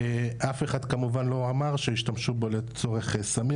אף אחד כמובן לא אמר שהשתמשו בו לצורך סמים